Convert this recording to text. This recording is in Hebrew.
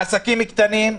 עסקים קטנים,